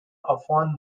often